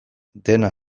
dena